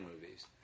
movies